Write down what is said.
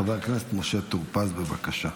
חבר הכנסת משה טור פז, בבקשה.